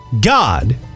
god